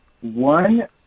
one